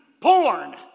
porn